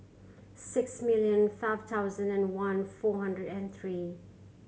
six million five thousand and one four hundred and three